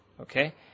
Okay